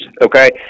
okay